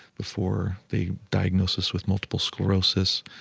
before the diagnosis with multiple sclerosis.